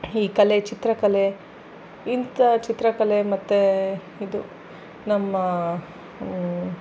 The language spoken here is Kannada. ಈ ಕಲೆ ಚಿತ್ರಕಲೆ ಇಂಥ ಚಿತ್ರಕಲೆ ಮತ್ತು ಇದು ನಮ್ಮ